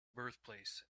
birthplace